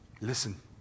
Listen